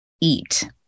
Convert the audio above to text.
eat